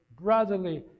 brotherly